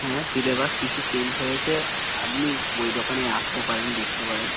হ্যাঁ সিলেবাস কিছু চেঞ্জ হয়েছে আপনি বই দোকানে আসতে পারেন দেখতে পারেন